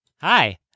Hi